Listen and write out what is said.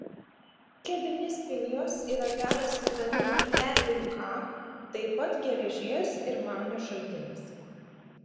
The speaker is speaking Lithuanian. kedrinės pinijos yra geras vitaminų e ir k taip pat geležies ir magnio šaltinis